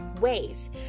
ways